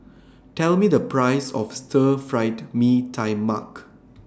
Tell Me The Price of Stir Fried Mee Tai Mak